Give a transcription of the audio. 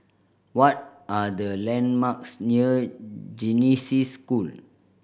what are the landmarks near Genesis School